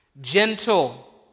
gentle